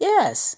Yes